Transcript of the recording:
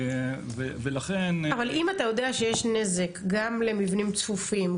אבל אם אתה יודע שיש נזק גם למבנים צפופים,